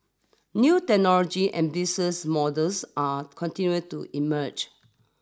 new technology and business models are continuing to emerge